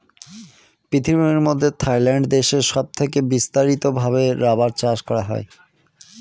পৃথিবীর মধ্যে থাইল্যান্ড দেশে সব থেকে বিস্তারিত ভাবে রাবার চাষ করা হয়